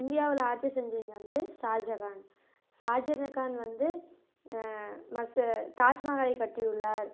இந்தியாவில் ஆட்சி செஞ்சவிங்க வந்து ஷாஜகான் ஷாஜகான் வந்து மசு தாஜ்மஹாலை கட்டி உள்ளார்